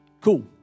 Cool